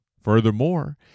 Furthermore